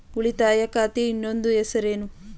ಉಳಿತಾಯ ಖಾತೆಯ ಇನ್ನೊಂದು ಹೆಸರೇನು?